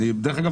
דרך אגב,